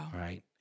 Right